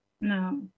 No